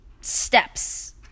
steps